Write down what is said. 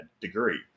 degree